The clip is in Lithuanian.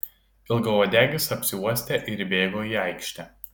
ilgauodegis apsiuostė ir įbėgo į aikštę